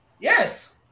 Yes